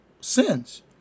sins